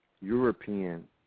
European